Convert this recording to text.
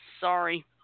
Sorry